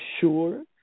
sure